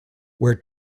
where